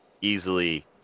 easily